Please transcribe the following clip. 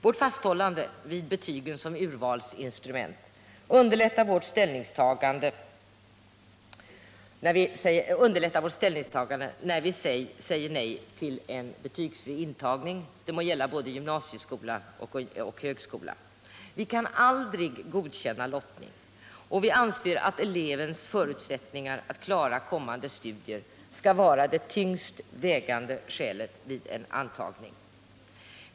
Vårt fasthållande vid betygen som urvalsinstrument underlättar vårt ställningstagande när vi säger nej till förslaget om betygsfri intagning vare sig det gäller gymnasieskola eller högskola. Vi kan aldrig godkänna lottning. Vi anser att elevens förutsättning att klara studierna skall vara det tyngst vägande skälet vid antagningen.